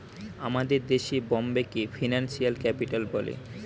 আমাদের দেশে বোম্বেকে ফিনান্সিয়াল ক্যাপিটাল বলে